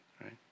right